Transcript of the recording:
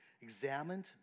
examined